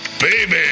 baby